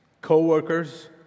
co-workers